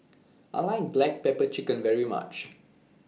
I like Black Pepper Chicken very much